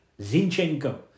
Zinchenko